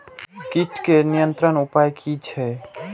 कीटके नियंत्रण उपाय कि छै?